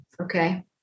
Okay